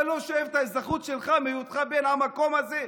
אתה לא שואב את האזרחות שלך מהיותך בן המקום הזה,